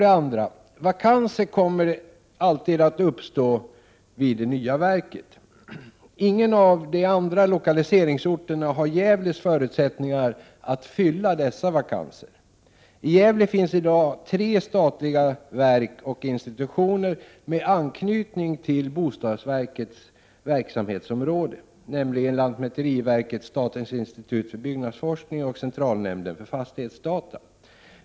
2. Vakanser kommer dock alltid att uppstå vid det nya verket. Ingen av de andra lokaliseringsorterna har Gävles förutsättningar att fylla dessa vakanser. I Gävle finns i dag tre statliga verk och institutioner med anknytning till bostadsverkets verksamhetsområde, nämligen lantmäteriverket, statens institut för byggnadsforskning och centralnämnden för fastighetsdata.